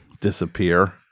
disappear